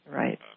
right